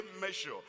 measure